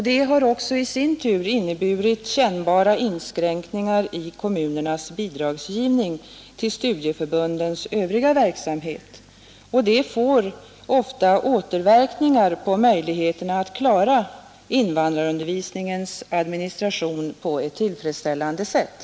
Det har ———— också i sin tur inneburit kännbara inskränkningar i kommunernas Rätt till ledighet bidragsgivning till studieförbundens övriga verksamhet, vilket ofta får och lön vid delåterverkningar på möjligheterna att klara invandrarundervisningens adtagande i svenskministration på ett tillfredsställande sätt.